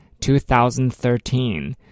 2013